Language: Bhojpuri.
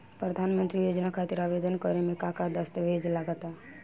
प्रधानमंत्री योजना खातिर आवेदन करे मे का का दस्तावेजऽ लगा ता?